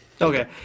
Okay